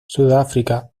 sudáfrica